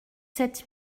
sept